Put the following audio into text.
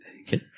Okay